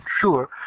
sure